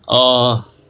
err